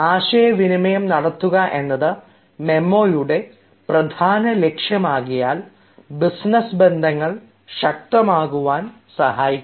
ആശയവിനിമയം നടത്തുക എന്നത് മെമ്മോയുടെ പ്രധാന ലക്ഷ്യമാകയാൽ ബിസിനസ് ബന്ധങ്ങൾ ശക്തമാക്കുവാൻ സഹായിക്കുന്നു